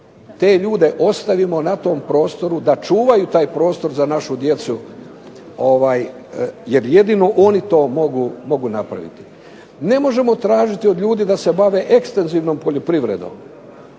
te ljude ostavimo na tom prostoru da čuvaju taj prostor za našu djecu jer jedino oni to mogu napraviti. Ne možemo tražiti od ljudi da se bave ekstenzivnom poljoprivredom,